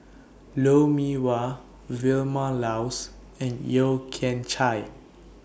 Lou Mee Wah Vilma Laus and Yeo Kian Chai